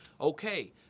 okay